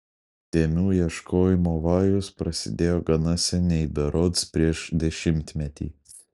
dėmių ieškojimo vajus prasidėjo gana seniai berods prieš dešimtmetį